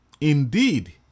Indeed